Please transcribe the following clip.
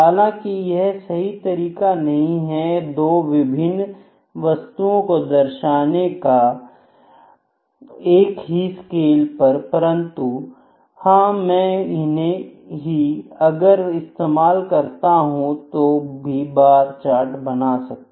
हालांकि यह सही तरीका नहीं है दो भिन्न वस्तुओं को दर्शाने का एक ही स्केल पर परंतु हां मैं इन्हें ही अगर इस्तेमाल करता हूं तो भी बार चार्ट बन जाएगा